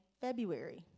February